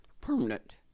permanent